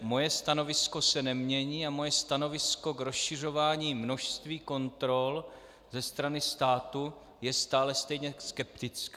Moje stanovisko se nemění a moje stanovisko k rozšiřování množství kontrol ze strany státu je stále stejně skeptické.